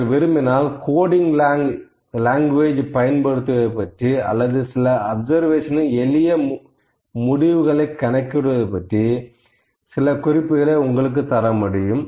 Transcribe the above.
நீங்கள் விரும்பினால் coding language பயன்படுத்துவதைப் பற்றி அல்லது சில அப்சர்வேஷன் இல் எளிய முடிவுகளை கணக்கிடுவது பற்றி சில குறிப்புகளை உங்களுக்குத் தர முடியும்